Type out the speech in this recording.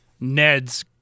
Ned's